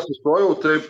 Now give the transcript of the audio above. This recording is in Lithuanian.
sustojau taip